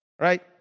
right